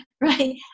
right